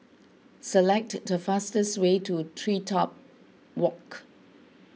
select the fastest way to TreeTop Walk